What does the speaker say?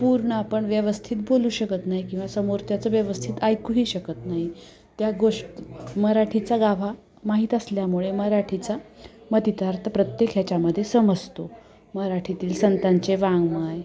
पूर्ण आपण व्यवस्थित बोलू शकत नाही किंवा समोरच्याचं व्यवस्थित ऐकूही शकत नाही त्या गोष् मराठीचा गाभा माहीत असल्यामुळे मराठीचा मथितार्थ प्रत्येक ह्याच्यामध्ये समसतो मराठीतील संतांचे वाङ्मय